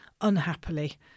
unhappily